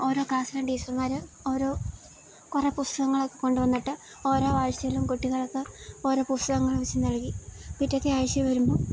ഓരോ ക്ലാസ്സിലെയും ടീച്ചർമ്മാര് ഓരോ കുറെ പുസ്തകങ്ങളൊക്കെ കൊണ്ടുവന്നിട്ട് ഓരോ ആഴ്ചയിലും കുട്ടികൾക്ക് ഓരോ പുസ്തകങ്ങള് വെച്ച് നൽകി പിറ്റത്തെ ആഴ്ച്ച വരുമ്പോള്